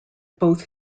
both